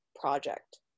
project